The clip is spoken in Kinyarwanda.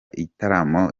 ibitaramo